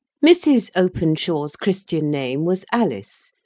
mrs. openshaw's christian-name was alice,